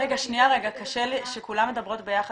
רגע, קשה לי שכולן מדברות ביחד.